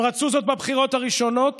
הם רצו זאת בבחירות הראשונות